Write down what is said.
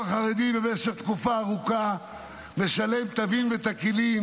במשך תקופה ארוכה הציבור החרדי משלם טבין ותקילין